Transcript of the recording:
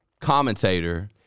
commentator